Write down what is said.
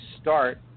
start